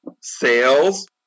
sales